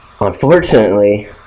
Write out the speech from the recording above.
Unfortunately